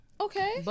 Okay